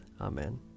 Amen